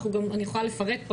אני יכולה לפרט פה,